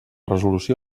resolució